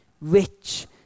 Rich